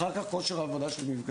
אחר כך כושר העבודה שלהם נפגע.